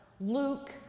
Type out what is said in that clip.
Luke